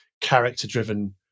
character-driven